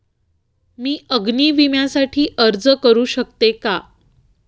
मी अग्नी विम्यासाठी अर्ज करू शकते का?